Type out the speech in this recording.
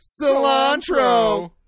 Cilantro